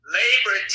labor